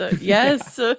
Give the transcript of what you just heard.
yes